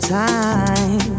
time